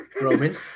Roman